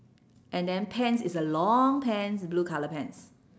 and then pants is a long pants blue colour pants